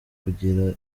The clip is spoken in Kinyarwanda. kugira